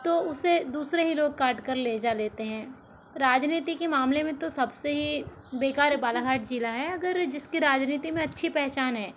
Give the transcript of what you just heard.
तो उसे दूसरे ही लोग काट कर ले जा लेते हैं राजनीति के मामले में तो सबसे ही बेकार है बालाघाट जिला है अगर जिसकी राजनीति में अच्छी पहचान है